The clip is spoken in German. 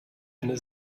eine